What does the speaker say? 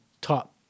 top